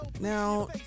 Now